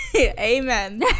Amen